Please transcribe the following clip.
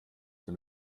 dem